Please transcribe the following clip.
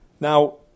Now